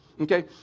Okay